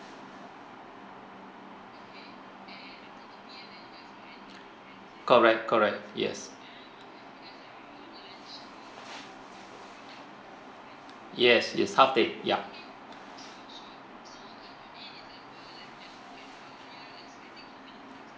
correct correct yes yes yes half day yup